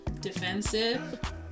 Defensive